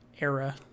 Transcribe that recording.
era